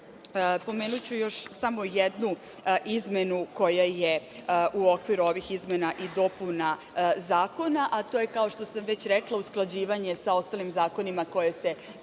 pomenuću još samo jednu izmenu koja je u okviru ovih izmena i dopuna zakona, a to je kao što sam već rekla usklađivanje sa ostalim zakonima koje se tiču